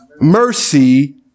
mercy